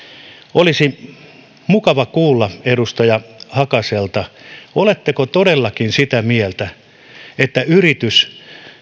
olisi mukava kuulla edustaja hakaselta oletteko todellakin sitä mieltä että yritys